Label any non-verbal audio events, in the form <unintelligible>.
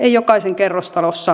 <unintelligible> ei jokaisen kerrostalossa